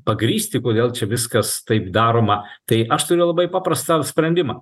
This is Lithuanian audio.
pagrįsti kodėl čia viskas taip daroma tai aš turiu labai paprastą sprendimą